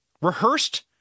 rehearsed